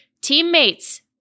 Teammates